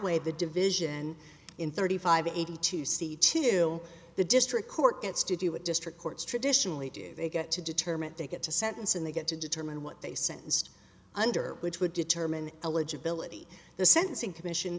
way the division in thirty five eighty two c chill the district court gets to do what district courts traditionally do they get to determine they get to sentence and they get to determine what they sentenced under which would determine eligibility the sentencing commission